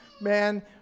Man